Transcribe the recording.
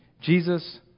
Jesus